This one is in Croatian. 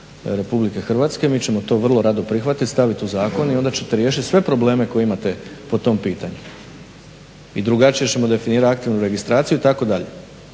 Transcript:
Republike Hrvatske. Mi ćemo to vrlo rado prihvatiti, stavit u zakoni i onda ćete riješit sve probleme koje imate po tom pitanju. I drugačije ćemo definirati aktivnu registraciju itd.